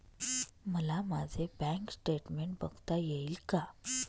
मला माझे bank statement बघता येईल का?